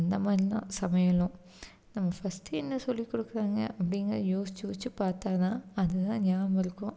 அந்த மாதிரி தான் சமையலும் நம்ம ஃபஸ்ட்டு என்ன சொல்லிக் கொடுக்குறாங்க அப்படிங்கிறது யோசித்து யோசித்து பார்த்தா தான் அது தான் ஞாபாகம் இருக்கும்